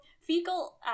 fecal